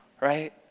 right